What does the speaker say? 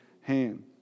hand